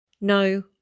no